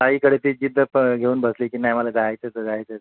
आईकडे ती जिद्द प घेऊन बसली आहे की नाही मला जायचंच आहे जायचंच आहे